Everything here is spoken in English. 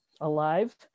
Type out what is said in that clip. alive